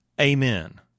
Amen